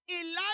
Elijah